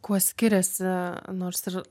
kuo skiriasi nors ir